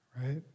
right